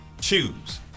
choose